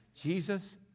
Jesus